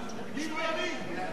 חבר הכנסת רוני בר-און,